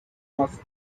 was